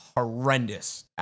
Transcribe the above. Horrendous